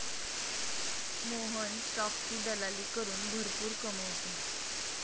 मोहन स्टॉकची दलाली करून भरपूर कमावतो